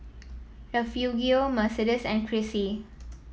Refugio Mercedes and Crissy